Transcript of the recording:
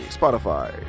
Spotify